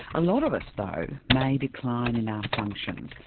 a lot of us though may decline in our functions,